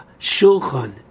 Shulchan